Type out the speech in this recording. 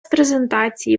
презентації